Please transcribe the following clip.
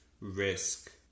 risk